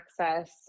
access